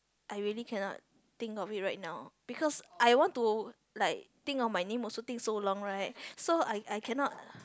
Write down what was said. I really cannot think of it right now because I want to like think of my name also think so long right so I I cannot